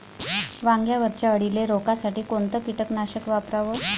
वांग्यावरच्या अळीले रोकासाठी कोनतं कीटकनाशक वापराव?